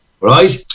right